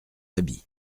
habit